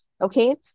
Okay